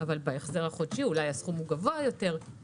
אבל בהחזר החודשי אולי הסכום גבוה יותר.